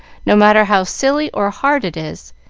no matter how silly or hard it is.